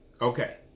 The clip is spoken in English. okay